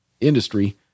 industry